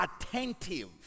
attentive